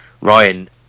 Ryan